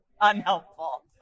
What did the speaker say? Unhelpful